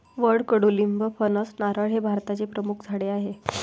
वड, कडुलिंब, फणस, नारळ हे भारताचे प्रमुख झाडे आहे